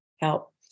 help